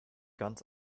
ganz